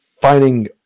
finding